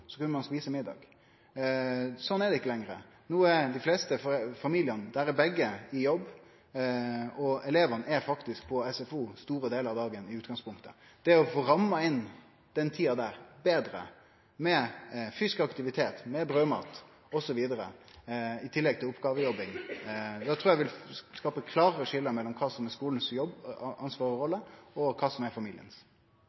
så var klokka to, og så skulle ein ete middag. Sånn er det ikkje lenger. I dei fleste familiar er begge i jobb, og elevane er i utgangspunktet på SFO store delar av dagen. Det å få ramma inn den tida betre med fysisk aktivitet, brødmat osv., i tillegg til oppgåvejobbing, trur eg vil skape klarare skilje mellom kva som er skulen sin jobb,